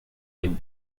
dem